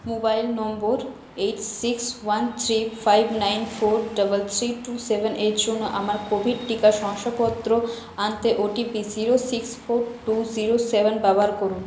mobile number eight six one three five nine four double three two সেভেনের এর জন্য আমার কোভিড টিকা শংসাপত্র আনতে OTP zero six four two zero seven ব্যবহার করুন